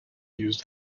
used